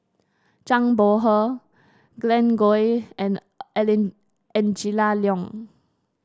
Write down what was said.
Zhang Bohe Glen Goei and Angela Liong